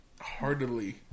Heartedly